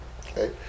Okay